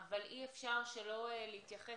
אבל אי אפשר שלא להתייחס,